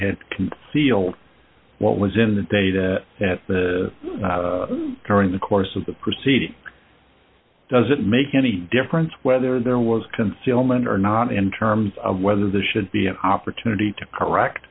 had concealed what was in the data that the during the course of the proceeding doesn't make any difference whether there was concealment or not in terms of whether there should be an opportunity to